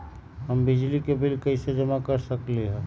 हम बिजली के बिल कईसे जमा कर सकली ह?